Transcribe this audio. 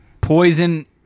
poison